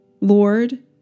Lord